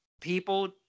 People